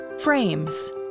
Frames